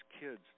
kids